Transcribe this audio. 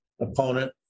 opponent